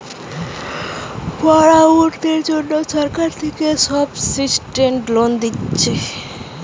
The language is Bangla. পড়ুয়াদের জন্যে সরকার থিকে সাবসিডাইস্ড লোন দিচ্ছে